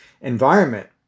environment